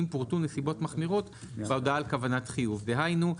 אם פורטו נסיבות מחמירות בהודעה על כוונת חיוב"." דהיינו,